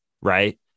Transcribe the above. right